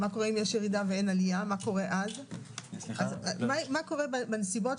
מה קורה אם יש ירידה ואין עלייה?